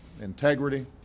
integrity